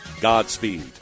Godspeed